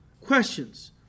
questions